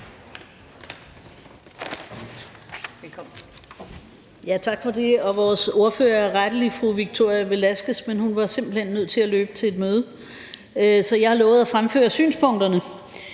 Tak for det. Vores ordfører er rettelig fru Victoria Velasquez, men hun var simpelt hen nødt til at løbe til et møde, så jeg har lovet at fremføre synspunkterne.